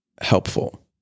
helpful